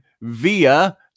via